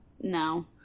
no